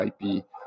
IP